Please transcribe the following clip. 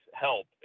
help